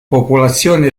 popolazione